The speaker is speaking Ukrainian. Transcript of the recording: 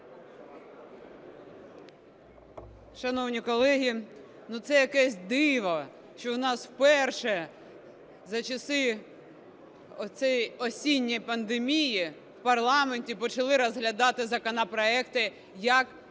Шановні колеги, ну, це якесь диво, що в нас вперше за часи оцієї осінньої пандемії в парламенті почали розглядати законопроекти, як